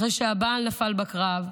אחרי שהבעל נפל בקרב,